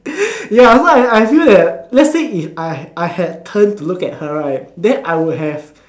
ya so I I feel that let's say if I I had turned to look at her right then I would have